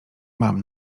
mam